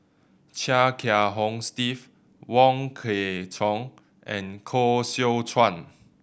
Chia Kiah Hong Steve Wong Kwei Cheong and Koh Seow Chuan